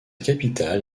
capitale